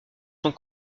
sont